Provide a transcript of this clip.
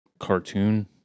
cartoon